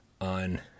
on